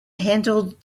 handled